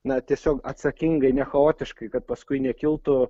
na tiesiog atsakingai ne chaotiškai kad paskui nekiltų